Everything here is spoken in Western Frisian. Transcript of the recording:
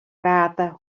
prate